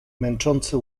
męczące